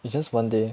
it's just one day